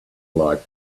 like